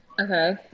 okay